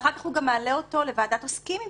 אחר כך הוא גם מעלה אותו לוועדת עוסקים אם